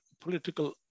political